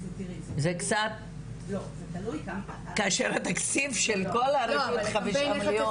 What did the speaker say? זה קצת, כאשר התקציב של כל הרשות 5 מיליון.